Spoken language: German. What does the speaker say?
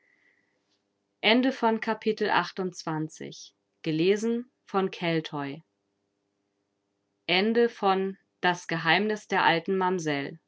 das geheimnis der alten mamsell